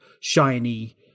shiny